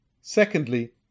Secondly